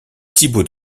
thibaud